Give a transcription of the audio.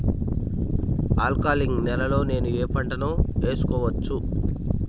Alkaline నేలలో నేనూ ఏ పంటను వేసుకోవచ్చు?